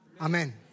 Amen